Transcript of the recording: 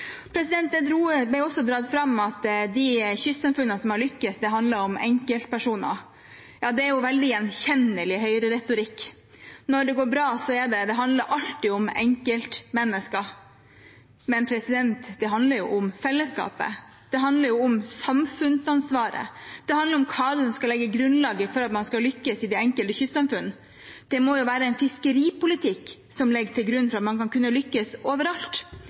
ble også dratt fram at i de kystsamfunnene som har lyktes, handler det om enkeltpersoner. Det er veldig gjenkjennelig høyreretorikk – når det går bra, handler det alltid om enkeltmennesker. Men det handler jo om fellesskapet. Det handler om samfunnsansvaret. Det handler om hva som skal legge grunnlaget for at man skal lykkes i de enkelte kystsamfunn. Det må være en fiskeripolitikk som ligger til grunn for at man skal kunne lykkes overalt,